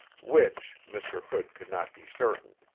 which mr. hood could not be certain.